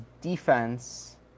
defense